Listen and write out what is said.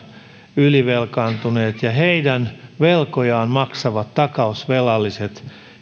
ylivelkaantuneiden ja heidän velkojaan maksavien takausvelallisten